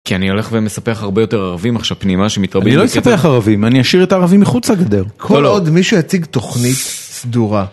כי אני הולך ומספח הרבה יותר ערבים עכשיו פנימה שמתרבים אני לא יספח ערבים אני אשאיר את הערבים מחוץ הגדר כל עוד מישהו יציג תוכנית ססס סדורה.